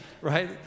right